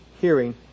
hearing